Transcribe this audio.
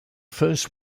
first